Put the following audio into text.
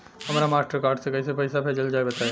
हमरा Mastercard से कइसे पईसा भेजल जाई बताई?